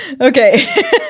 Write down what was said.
Okay